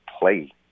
play